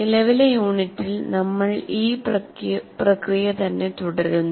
നിലവിലെ യൂണിറ്റിൽ നമ്മൾ ഈ പ്രക്രിയ തന്നെ തുടരുന്നു